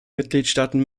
mitgliedstaaten